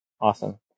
Awesome